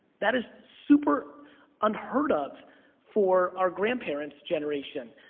that is super unheard of for our grandparents' generation.